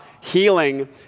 healing